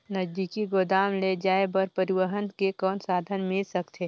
नजदीकी गोदाम ले जाय बर परिवहन के कौन साधन मिल सकथे?